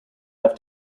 have